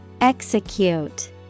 Execute